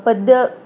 पद्य